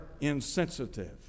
insensitive